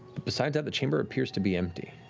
but besides that, the chamber appears to be empty.